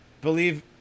believe